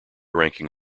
ranking